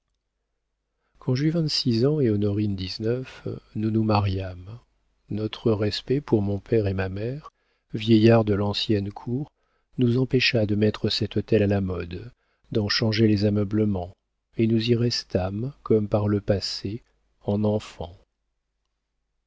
quand j'eus vingt-six ans et honorine dix-neuf nous nous mariâmes notre respect pour mon père et ma mère vieillards de l'ancienne cour nous empêcha de mettre cet hôtel à la mode d'en changer les ameublements et nous y restâmes comme par le passé en enfants